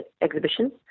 exhibitions